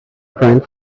crying